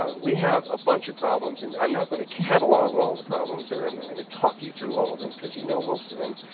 um we have a bunch of problems and i'm not going to catalogue all the problems. i'm not going to talk you through all of them. because you know most of them.